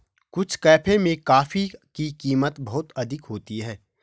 कुछ कैफे में कॉफी की कीमत बहुत अधिक होती है